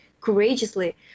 courageously